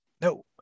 No